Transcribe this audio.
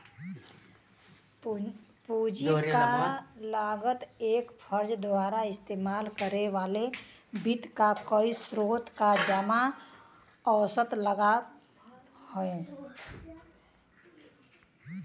पूंजी क लागत एक फर्म द्वारा इस्तेमाल करे वाले वित्त क कई स्रोत क जादा औसत लागत हौ